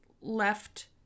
left